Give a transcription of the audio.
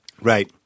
Right